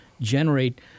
generate